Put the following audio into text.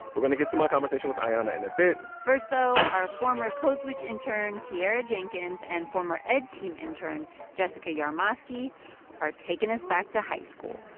we're going to get to my conversation with ayanna in a bit first, though, our former code switch intern tiara jenkins and former ed team intern jessica yarmosky are taking us back to high school